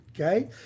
okay